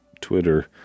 Twitter